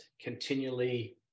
continually